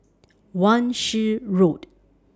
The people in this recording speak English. Wan Shih Road